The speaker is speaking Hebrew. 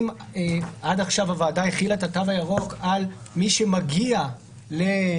אם עד עכשיו הוועדה החילה את התו הירוק על מי שמגיע למסעדה,